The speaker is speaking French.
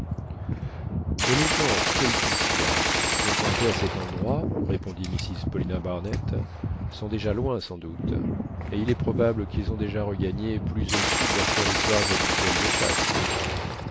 mais les gens quels qu'ils soient qui ont campé en cet endroit répondit mrs paulina barnett sont déjà loin sans doute et il est probable qu'ils ont déjà regagné plus au sud leurs territoires habituels de chasse